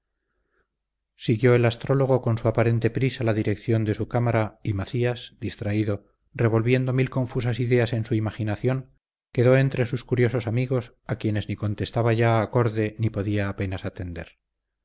adiós adiós siguió el astrólogo con su aparente prisa la dirección de su cámara y macías distraído revolviendo mil confusas ideas en su imaginación quedó entre sus curiosos amigos a quienes ni contestaba ya acorde ni podía apenas atender